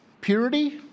purity